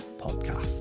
podcast